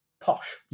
posh